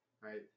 Right